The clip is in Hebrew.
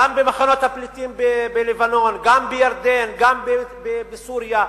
גם במחנות הפליטים בלבנון, גם בירדן, גם בסוריה,